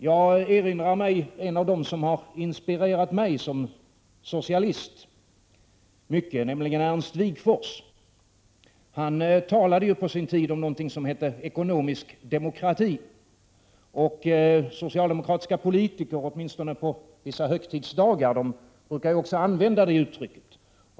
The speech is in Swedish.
Jag erinrar mig en av dem som inspirerat mig mycket som socialist, nämligen Ernst Wigforss. Han talade på sin tid om ekonomisk demokrati. Socialdemokratiska politiker brukar åtminstone på vissa högtidsdagar använda det uttrycket.